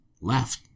left